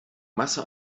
masse